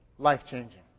life-changing